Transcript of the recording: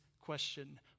question